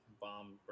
Bomb